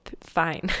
fine